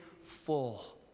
full